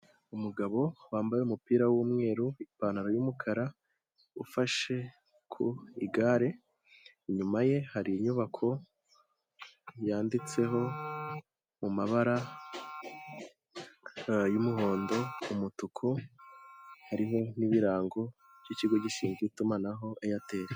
Umugabo wambaye umupira w'umweru, ipantaro y'umukara ufashe ku igare, inyuma ye hari inyubako yanditseho mu mabara y'umuhondo, umutuku hari n'ibirango by'ikigo gishinzwe itumanaho Airtel.